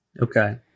okay